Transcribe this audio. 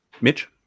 Mitch